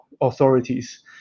authorities